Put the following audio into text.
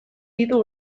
ditu